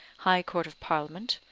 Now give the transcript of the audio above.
high court of parliament,